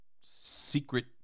secret